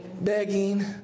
begging